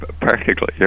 practically